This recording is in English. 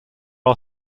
are